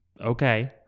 okay